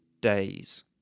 days